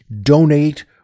donate